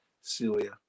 Celia